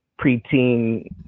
preteen